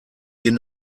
den